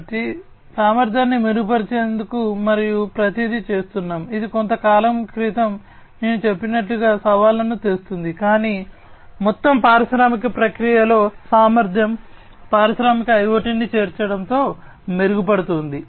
కాబట్టి సామర్థ్యాన్ని మెరుగుపరిచేందుకు మనము ప్రతిదీ చేస్తున్నాము ఇది కొంతకాలం క్రితం నేను చెప్పినట్లుగా సవాళ్లను తెస్తుంది కాని మొత్తం పారిశ్రామిక ప్రక్రియలలో సామర్థ్యం పారిశ్రామిక ఐయోటిని చేర్చడంతో మెరుగుపడబోతోంది